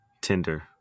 Tinder